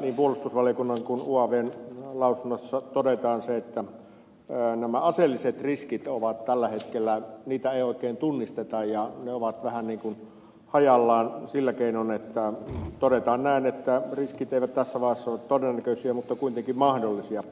niin puolustusvaliokunnan kuin uavn lausunnossa todetaan että näitä aseellisia riskejä ei oikein tunnisteta tällä hetkellä ja ne ovat vähän hajallaan sillä keinoin että todetaan näin että riskit eivät tässä vaiheessa ole todennäköisiä mutta kuitenkin mahdollisia